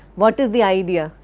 what is the idea?